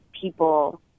people